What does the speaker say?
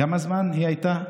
כמה זמן היא הייתה,